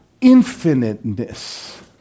infiniteness